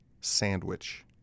sandwich